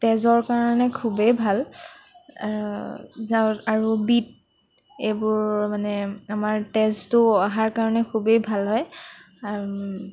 তেজৰ কাৰণে খুবেই ভাল আৰু যাৰ আৰু বিট এইবোৰ মানে আমাৰ তেজটো অহাৰ কাৰণে খুবেই ভাল হয় আৰু